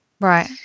right